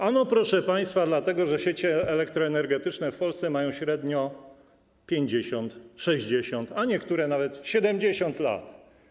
Ano proszę państwo dlatego, że sieci elektroenergetyczne w Polsce mają średnio 50, 60, a niektóre nawet 70 lat.